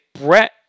Brett